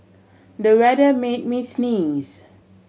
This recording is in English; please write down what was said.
the weather made me sneeze